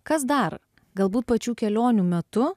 kas dar galbūt pačių kelionių metu